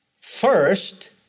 first